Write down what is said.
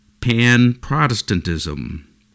pan-Protestantism